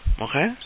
Okay